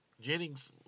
Jennings